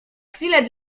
chwilę